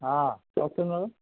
আ কওকচোন বাৰু